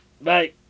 Bye